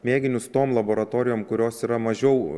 mėginius tom laboratorijom kurios yra mažiau